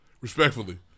Respectfully